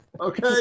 Okay